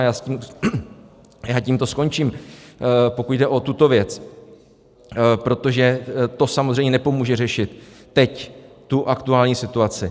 A já tímto skončím, pokud jde o tuto věc, protože to samozřejmě nepomůže řešit teď tu aktuální situaci.